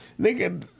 Nigga